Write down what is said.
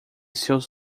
seus